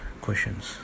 questions